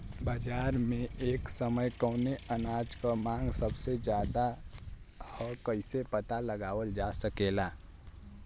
बाजार में एक समय कवने अनाज क मांग सबसे ज्यादा ह कइसे पता लगावल जा सकेला?